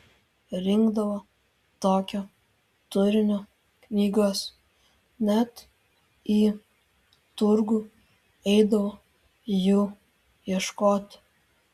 rinkdavo tokio turinio knygas net į turgų eidavo jų ieškoti